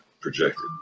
projected